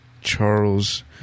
Charles